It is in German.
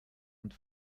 und